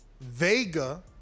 Vega